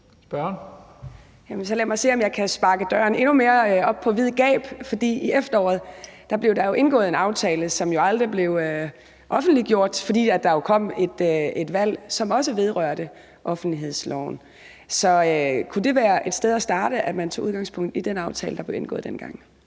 lad mig se, om jeg kan sparke døren endnu mere op og på vid gab. For i efteråret blev der jo indgået en aftale, som aldrig blev offentliggjort, fordi der kom et valg, og som også vedrørte offentlighedsloven. Så kunne det være et sted at starte, at man tog udgangspunkt i den aftale,